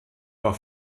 war